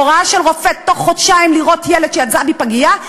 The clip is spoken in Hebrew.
הוראה של רופא לראות תוך חודשיים ילד שיצא מפגייה,